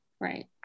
Right